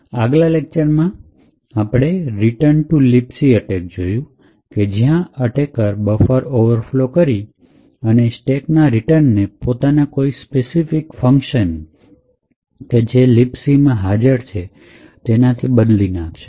આગલા લેક્ચરમાં આપણે રિટર્ન to libc અટેકમાં જોયું કે જ્યાં અટેકર બફર ઓવરફ્લો કરી અને સ્ટેકના રિટર્ન ને પોતાના કોઈ સ્પેસિફિક ફંકશન જે libcમાં હાજર છે તેનાથી બદલી નાખે છે